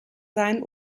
sein